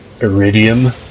Iridium